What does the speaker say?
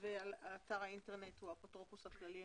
מקום פרסום ההוראות הוא אתר האינטרנט הוא האפוטרופוס הכללי,